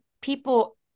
people